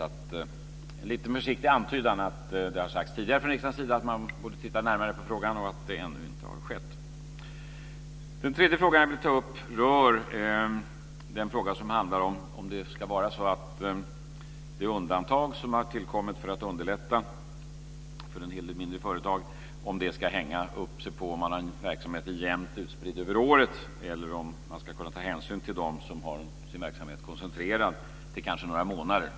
Det är en liten försiktig antydan att det har sagts tidigare från riksdagens sida att man borde titta närmare på frågan och att det ännu inte har skett. Den tredje frågan jag vill ta upp handlar om det undantag som har tillkommit för att underlätta för en hel del mindre företag. Ska det hänga upp sig på om man har verksamheten jämnt utspridd över året eller ska man kunna ta hänsyn till dem som har sin verksamhet koncentrerad till några månader?